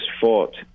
fought